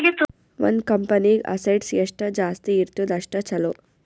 ಒಂದ್ ಕಂಪನಿಗ್ ಅಸೆಟ್ಸ್ ಎಷ್ಟ ಜಾಸ್ತಿ ಇರ್ತುದ್ ಅಷ್ಟ ಛಲೋ